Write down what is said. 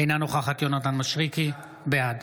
אינה נוכחת יונתן מישרקי, בעד